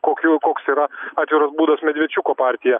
kokiu koks yra atviras būdas medvečiuko partija